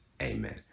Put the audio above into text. Amen